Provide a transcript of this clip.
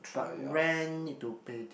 but rent need to pay